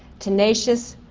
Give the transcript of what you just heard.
tenacious,